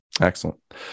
Excellent